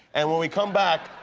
and when we come back,